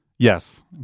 Yes